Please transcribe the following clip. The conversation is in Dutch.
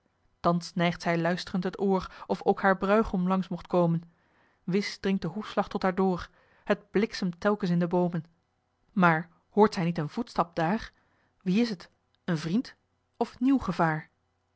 thans neigt zij luisterend het oor of ook haar bruigom langs mocht komen wis dringt de hoefslag tot haar door het bliksemt telkens in de boomen maar hoort zij niet een voetstap daar wie is t een vriend of nieuw gevaar